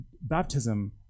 baptism